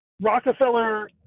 Rockefeller